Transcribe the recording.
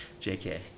JK